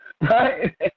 Right